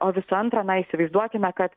o visų antra na įsivaizduokime kad